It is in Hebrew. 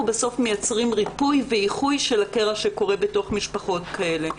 מייצרים בסוף ריפוי ואיחוי של הקרע שקורה בתוך משפחות כאלה,